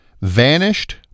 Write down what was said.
Vanished